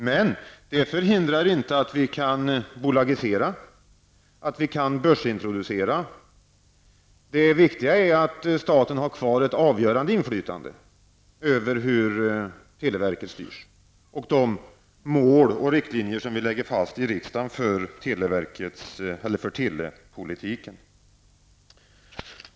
Men det förhindrar inte att televerket kan bolagiseras och börsintroduceras. Det viktiga är att staten har kvar ett avgörande inflytande över hur televerket styrs och över de mål och riktlinjer för telepolitiken som fastställs av riksdagen. Herr talman!